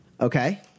Okay